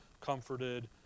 comforted